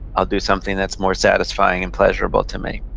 i'll do something that's more satisfying and pleasurable to me.